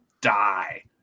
die